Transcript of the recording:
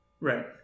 Right